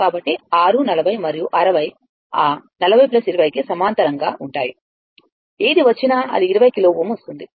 కాబట్టి 6 40 మరియు 60 ఆ 40 20 కి సమాంతరంగా ఉంటాయి ఏది వచ్చినా అది 20 కిలోΩ వస్తుంది